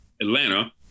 Atlanta